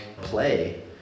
play